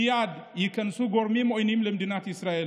מייד ייכנסו גורמים עוינים למדינת ישראל,